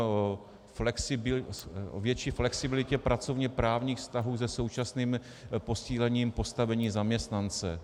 O té větší flexibilitě pracovněprávních vztahů se současným posílením postavení zaměstnance.